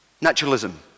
Naturalism